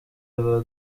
rwa